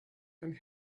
and